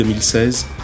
2016